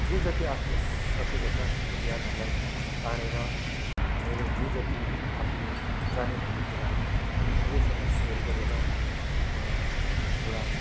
जे जति आफूले सकेको छ त्यो ज्ञानहरूलाई बाँडेर मेरो जे जति आफूले जानेभरको कुराहरू सबैसँग सेयर गरेर एउटा